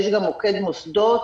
יש גם מוקד מוסדות,